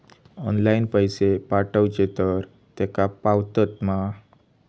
Online पैसे पाठवचे तर तेका पावतत मा?